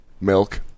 milk